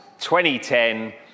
2010